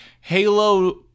halo